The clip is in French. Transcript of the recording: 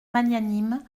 magnanime